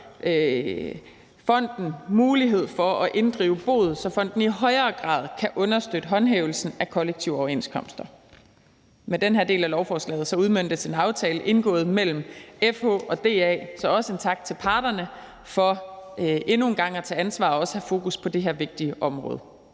fonden mulighed for at inddrive bod, så fonden i højere grad kan understøtte håndhævelsen af kollektive overenskomster. Med den her del af lovforslaget udmøntes en aftale indgået mellem FH og DA, så også en tak til parterne for endnu en gang at tage ansvar og også at have fokus på det her vigtige område.